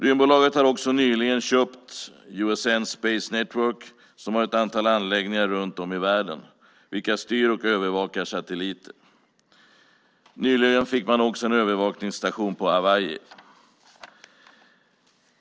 Rymdbolaget har också nyligen köpt USN, Universal Space Network, som har ett antal anläggningar runt om i världen vilka styr och övervakar satelliter. Nyligen fick man också en övervakningsstation på Hawaii.